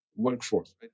workforce